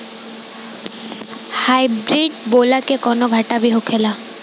Hybrid बोला के कौनो घाटा भी होखेला?